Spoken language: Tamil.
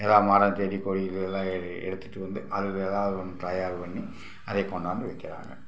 எல்லாம் மரம் செடி கொடிகள் எ எடுத்துட்டு வந்து அதில் ஏதாவது ஒன்று தயார் பண்ணி அதை கொண்டாந்து விற்கிறாங்க